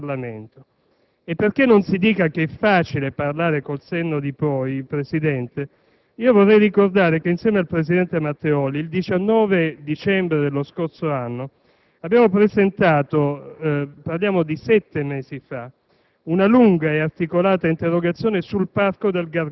andrà data in modo esaustivo anche in Parlamento. E perché non si dica che è facile parlare con il senno di poi, Presidente, vorrei ricordare che insieme al presidente Matteoli il 19 dicembre dello scorso anno, parliamo di sette mesi fa